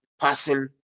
passing